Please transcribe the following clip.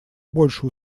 больше